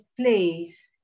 place